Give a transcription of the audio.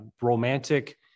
romantic